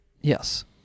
Yes